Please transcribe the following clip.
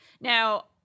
now